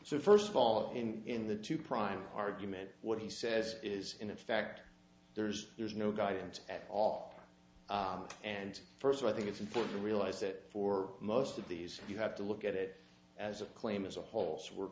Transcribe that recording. so first of all in in the two prime argument what he says is in effect there's there's no guidance at all and first i think it's important to realize that for most of these you have to look at it as a claim as a whole so we're